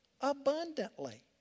abundantly